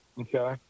Okay